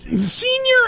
senior